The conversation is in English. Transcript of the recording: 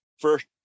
first